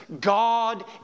God